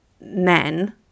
men